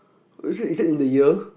is that is that in the year